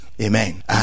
Amen